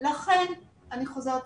לכן אני חוזרת ואומרת,